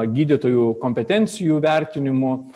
gydytojų kompetencijų vertinimu